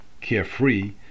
carefree